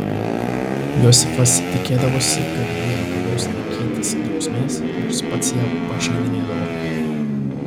josifas tikėdavosi kad ji reikalaus laikytis drausmės nors pats ją pažeidinėdavo